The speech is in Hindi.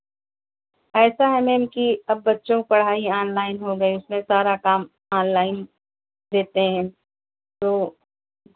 ऐसा है मैम कि अब बच्चों की पढ़ाई ऑनलाइन हो गई है सारा काम ऑनलाइन देते हैं तो